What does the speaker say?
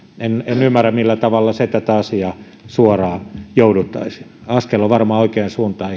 en ymmärrä millä tavalla se tätä asiaa suoraan jouduttaisi askel on varmaan oikeaan suuntaan